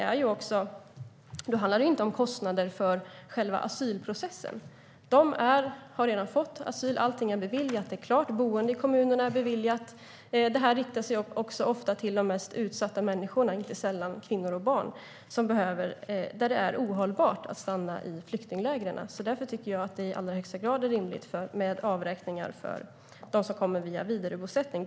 För dem handlar det inte om kostnader för själva asylprocessen. De har redan fått asyl. Allt är beviljat och klart. Boende i kommunerna är beviljat. Det här riktar sig också ofta till de mest utsatta människorna, inte sällan kvinnor och barn, i fall där det är ohållbart att stanna i flyktinglägren. Därför tycker jag att det i allra högsta grad är rimligt med avräkningar för dem som kommer via vidarebosättning.